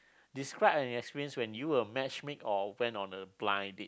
describe an experience when you match make or went on a blind date